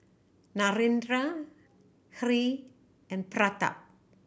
Narendra Hri and Pratap